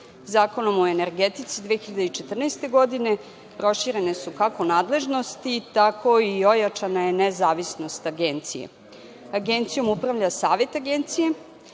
o energetici 2014. godine proširene su kako nadležnosti, tako je i ojačana nezavisnost Agencije. Agencijom upravlja Savet Agencije